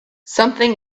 something